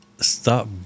stop